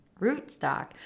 rootstock